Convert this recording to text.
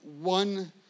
one